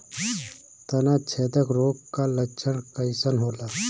तना छेदक रोग का लक्षण कइसन होला?